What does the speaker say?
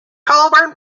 colburn